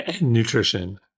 nutrition